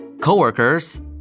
coworkers